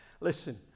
Listen